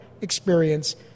experience